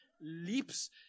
leaps